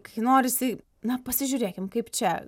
kai norisi na pasižiūrėkim kaip čia